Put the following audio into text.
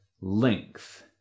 length